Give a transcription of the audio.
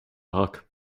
rack